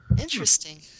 Interesting